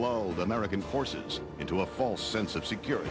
allowed the american forces into a false sense of security